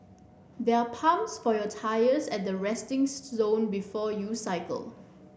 there are pumps for your tyres at the resting zone before you cycle